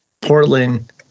portland